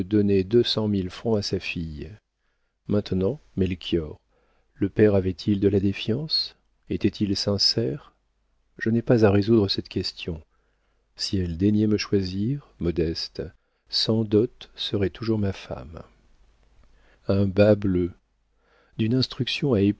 deux cent mille francs à sa fille maintenant melchior le père avait-il de la défiance était-il sincère je n'ai pas à résoudre cette question si elle daignait me choisir modeste sans dot serait toujours ma femme un bas-bleu d'une instruction